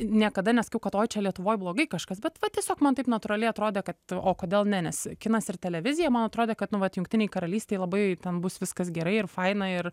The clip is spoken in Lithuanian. niekada nesakiau kad oi čia lietuvoj blogai kažkas bet vat tiesiog man taip natūraliai atrodė kad o kodėl ne nes kinas ir televizija man atrodė kad nu vat jungtinėj karalystėj labai ten bus viskas gerai ir faina ir